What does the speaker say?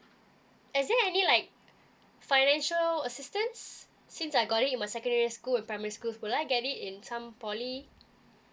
is there any like financial assistance since I got in my secondary school and primary school will I get it in some poly